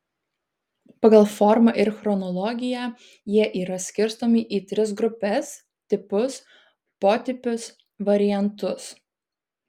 pagal formą ir chronologiją jie yra skirstomi į tris grupes tipus potipius variantus